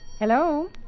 Hello